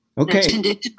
Okay